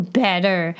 better